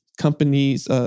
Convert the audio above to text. companies